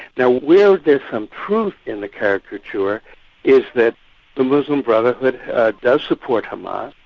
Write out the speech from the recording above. now where they've improved in the caricature is that the muslim brotherhood does support hamas,